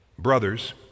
Brothers